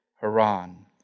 Haran